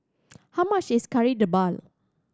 how much is Kari Debal